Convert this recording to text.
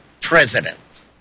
president